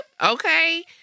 Okay